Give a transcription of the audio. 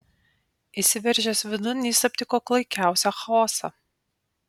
įsiveržęs vidun jis aptiko klaikiausią chaosą